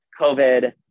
COVID